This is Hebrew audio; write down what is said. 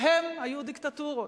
והן היו דיקטטורות.